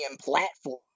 platform